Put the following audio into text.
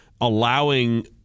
allowing